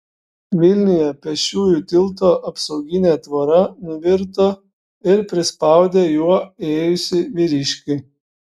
vilniuje pėsčiųjų tilto apsauginė tvora nuvirto ir prispaudė juo ėjusį vyriškį